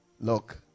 look